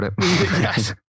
yes